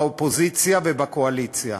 באופוזיציה ובקואליציה,